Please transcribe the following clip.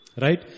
Right